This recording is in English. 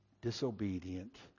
disobedient